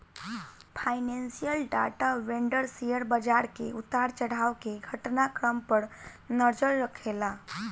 financial data vendor share बाजार के उतार चढ़ाव के घटना क्रम पर नजर रखेला